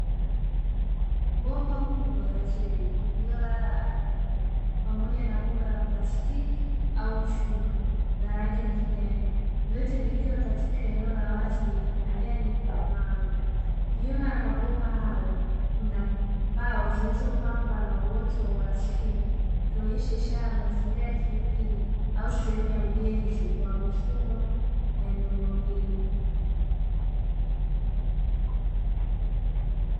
Bomba kubwa la zege lililo lala ardhini pamoja nabomba la plastiki au chuma la rangi ya kijani. Vyote vikiwa katika eneo la wazi lenye majani na mawe. Nyuma ya mabomba hayo, kuna mbao zilizopangwa na uwoto wa asili ukionyesha ishara ya mazingira ya kijijini au sehemu ya ujenzi wa mifumo ya miundombinu.